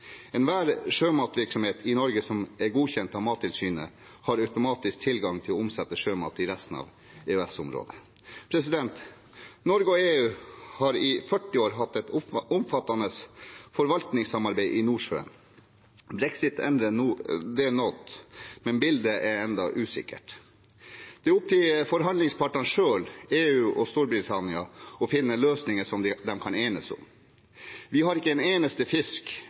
Enhver sjømatvirksomhet i Norge som er godkjent av Mattilsynet, har automatisk tilgang til å omsette sjømat i resten av EØS-området. Norge og EU har i 40 år hatt et omfattende forvaltningssamarbeid i Nordsjøen. Brexit endrer det noe, men bildet er ennå usikkert. Det er opp til forhandlingspartene selv – EU og Storbritannia – å finne løsninger som de kan enes om. Vi har ikke en eneste fisk